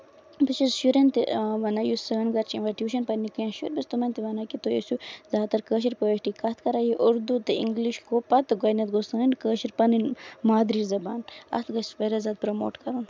بہٕ چھَس شُرین تہِ وَنان یُس سٲنۍ گرِ چھِ یِوان ٹوٗشن پرنہِ کیٚنہہ شُر بہٕ چھَس تِمن تہِ وَنان کہِ تُہۍ ٲسِو زیادٕ تر کٲشِر پٲٹھی کَتھ کران تہٕ یہِ اُردو تہٕ اِنگلِش گوٚو پَتہٕ گۄڈٕنیتھ گوٚو سٲنۍ مٲدری زَبان اَتھ گژھِ واریاہ زیادٕ پراموٹ کَرُن